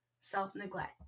self-neglect